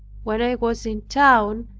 when i was in town,